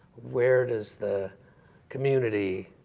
where does the community